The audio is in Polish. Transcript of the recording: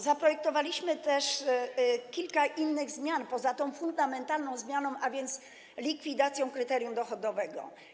Zaprojektowaliśmy też kilka innych zmian, poza tą fundamentalną, którą jest likwidacja kryterium dochodowego.